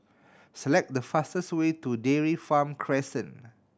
select the fastest way to Dairy Farm Crescent